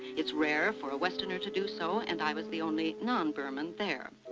it's rare for a westerner to do so, and i was the only non-burman there.